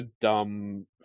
dumb